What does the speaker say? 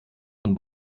von